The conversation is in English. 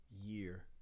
year